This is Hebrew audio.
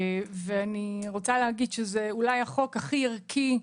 אני רוצה להגיד שזה אולי החוק הכי ערכי,